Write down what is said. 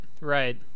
Right